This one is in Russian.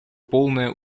полное